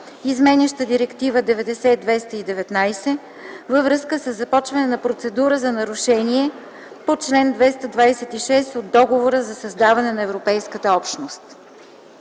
изменяща Директива 90/219/ЕИО, във връзка с започване на процедура за нарушение на чл. 226 от Договора за създаване на Европейската общност.